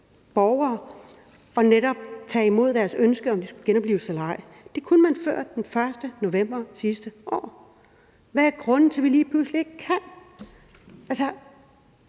patienter og netop tage imod ønske om genoplivelse eller ej. Det kunne man før den 1. november sidste år. Hvad er grunden til, at vi lige pludselig ikke kan det? Altså,